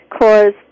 cause